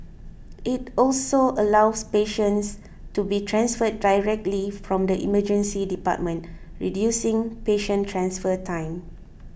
it also allows patients to be transferred directly from the Emergency Department reducing patient transfer time